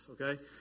okay